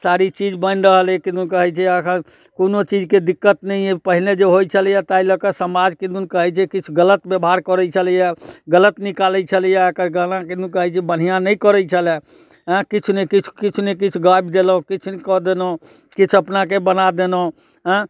सारी चीज बनि रहल अइ किदुन कहैत छै एखन कोनो चीजके दिक्कत नहि अइ पहिने जे होइत छलैए ताहि लऽ कऽ समाज किदुन कहैत छै किछु गलत व्यवहार करैत छलैए गलत निकालैत छलैए एकर गाना किदुन कहैत छै बढ़िआँ नहि करैत छलय आँय किछु ने किछु गाबि देलहुँ किछु कऽ देलहुँ किछु अपनाके बना देलहुँ आँय